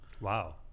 Wow